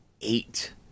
eight